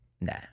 Nah